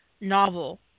novel